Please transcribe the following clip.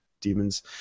demons